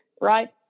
right